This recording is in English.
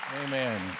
Amen